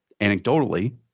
anecdotally